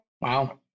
Wow